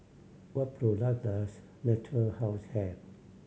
what product does Natura House have